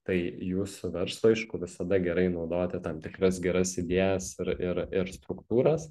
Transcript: tai jūsų verslui aišku visada gerai naudoti tam tikras geras idėjas ir ir ir struktūras